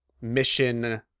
mission